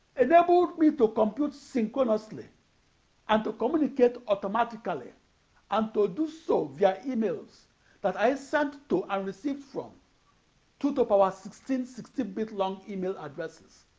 enabled me to compute synchronously and to communicate automatically and to do so via emails that i sent to and received from two-to-power-sixteen sixteen-bit long email addresses.